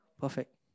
perfect